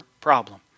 problem